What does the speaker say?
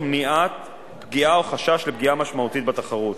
מניעת פגיעה או חשש לפגיעה משמעותית בתחרות,